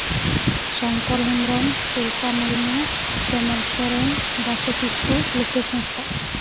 Shankar Hembrom Chulka Murmu Semal Soren Basu Kisku Lokesh Hansda